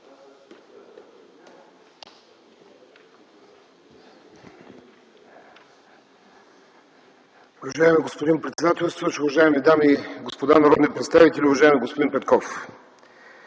Уважаеми господин председател, уважаеми дами и господа народни представители, уважаеми господин Петков!